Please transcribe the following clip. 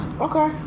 okay